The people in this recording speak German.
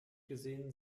gesehen